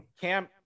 cam